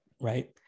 right